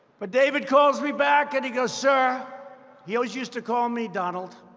but david calls me back and he goes, sir he always used to call me donald.